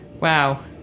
Wow